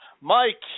Mike